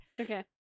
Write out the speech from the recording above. Okay